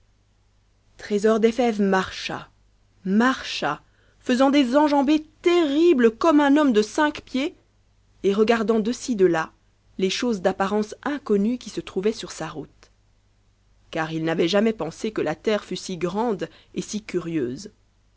trésor dos fèves marcha marcha faisant des enjambées terribles comme un homme do cinq pieds et regardant doci delà les choses d'apparence inconnue qui se trouvaient sur sa route car il n'avait jamais pense que la terre fut si grande et si curieuse